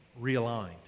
realigned